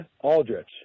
aldrich